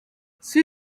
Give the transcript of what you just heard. sur